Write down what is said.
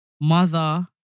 mother